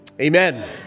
Amen